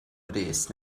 brys